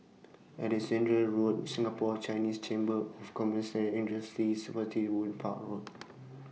Alexandra Road Singapore Chinese Chamber of Commerce Industry Spottiswoode Park Road